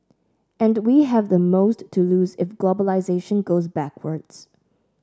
and we have the most to lose if globalisation goes backwards